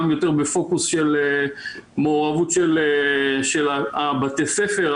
יותר בפוקוס של מעורבות של בתי הספר,